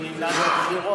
אם ימנע את הבחירות.